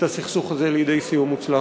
את הסכסוך הזה לידי סיום מוצלח.